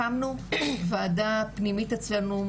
הקמנו וועדה פנימית אצלנו,